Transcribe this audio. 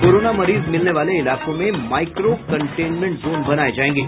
corona मरीज मिलने वाले इलाकों में माईक्रो कंटेनमेंट जोन बनाये जायेंगे